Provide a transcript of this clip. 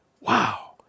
Wow